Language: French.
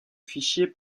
fichier